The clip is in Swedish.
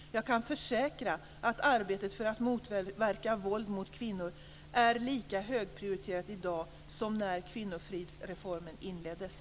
Jag kan försäkra att arbetet för att motverka våld mot kvinnor är lika högprioriterat i dag som när kvinnofridsreformen inleddes.